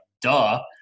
Duh